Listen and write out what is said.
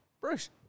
Bruce